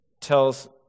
tells